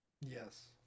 Yes